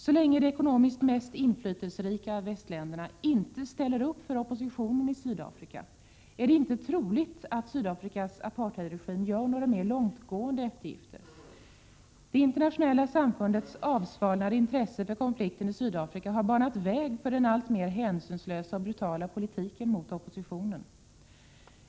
Så länge de ekonomiskt mest inflytelserika västländerna inte ställer upp för oppositionen i Sydafrika är det inte troligt att Sydafrikas apartheidregim gör några mer långtgående eftergifter. Det internationella samfundets avsvalnade intresse för konflikten i Sydafrika har banat väg för den alltmer hänsynslösa och brutala politiken mot oppositionen.